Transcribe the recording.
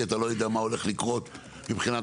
כי אתה לא יודע מה הולך לקרות מבחינת